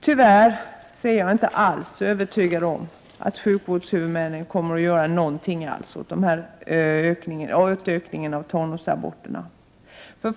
Tyvärr är jag inte alls övertygad om att sjukvårdshuvudmännen kommer att göra något åt ökningen av tonårsaborterna.